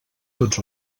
tots